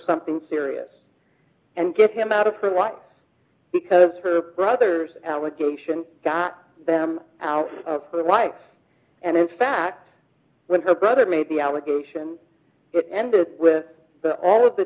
something serious and get him out of her life because her brother got them out of her life and in fact when her brother made the allegation ended with all of the